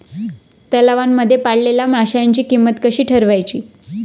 तलावांमध्ये पाळलेल्या माशांची किंमत कशी ठरवायची?